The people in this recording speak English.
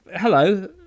hello